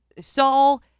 Saul